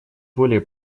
более